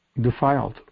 defiled